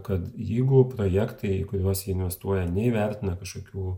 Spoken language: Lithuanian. kad jeigu projektai jeigu juos investuoja neįvertina kažkokių